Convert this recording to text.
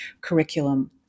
curriculum